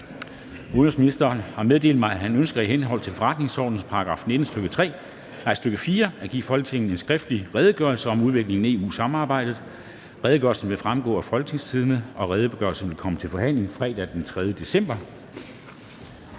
(Jeppe Kofod) har meddelt mig, at han ønsker i henhold til forretningsordenens § 19, stk. 4, at give Folketinget en skriftlig Redegørelse om udviklingen i EU-samarbejdet. (Redegørelse nr. R 8). Redegørelsen vil fremgå af www.folketingstidende.dk. Redegørelsen vil komme til forhandling fredag den 3. december